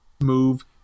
move